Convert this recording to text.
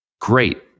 great